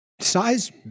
Size